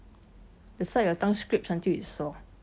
that's why your tongue scrapes until it's sore